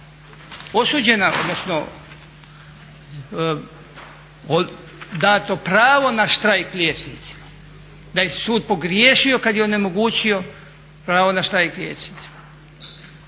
osuđena, odnosno dato pravo na štrajk liječnicima, da je sud pogriješio kad je onemogućio pravo na štrajk liječnicima.